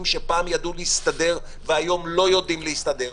שפעם ידעו להסתדר והיום לא יודעים להסתדר,